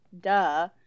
duh